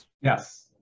Yes